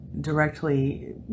directly